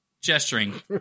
gesturing